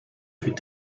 fut